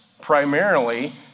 primarily